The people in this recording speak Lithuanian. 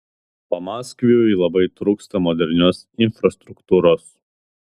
pamaskviui labai trūksta modernios infrastruktūros